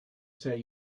say